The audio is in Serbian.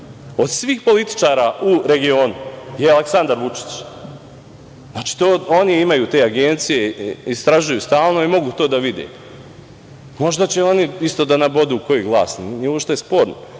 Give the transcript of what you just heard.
od svih političara u regionu je Aleksandar Vučić. Znači, oni imaju te agencije, istražuju stalno i mogu to da vide. Možda će oni isto da nabodu koji glas, nije uopšte sporno,